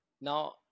Now